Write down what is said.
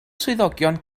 swyddogion